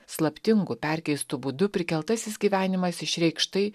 slaptingu perkeistu būdu prikeltasis gyvenimas išreikš tai